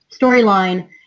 storyline